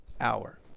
hour